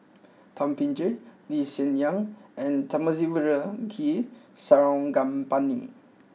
Thum Ping Tjin Lee Hsien Yang and Thamizhavel G Sarangapani